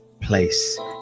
place